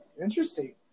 interesting